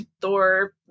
Thor